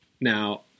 now